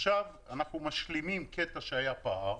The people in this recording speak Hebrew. עכשיו אנחנו משלימים קטע שהיה פער,